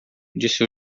disse